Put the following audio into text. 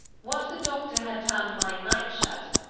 what the doctor had termed my night-shirt,